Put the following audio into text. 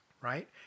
right